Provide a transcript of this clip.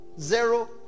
Zero